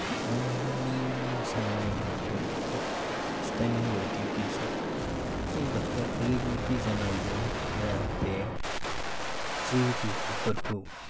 आंनि साननाय मथेबो हास्थायनाय बायदि बिजाबनि बाख्रिया ओरैबायदि जानांगौ जाहाथे जे बिजाबफोरखौ